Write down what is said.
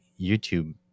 YouTube